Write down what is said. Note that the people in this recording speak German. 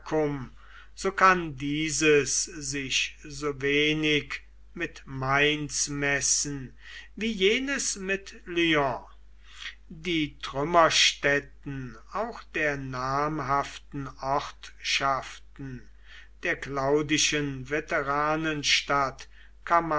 so kann dieses sich so wenig mit mainz messen wie jenes mit lyon die trümmerstätten auch der namhaften ortschaften der claudischen